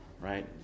right